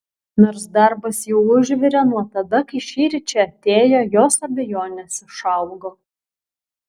nors darbas jau užvirė nuo tada kai šįryt čia atėjo jos abejonės išaugo